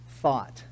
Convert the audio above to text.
thought